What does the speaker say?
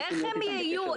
איך הם יהיו?